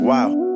Wow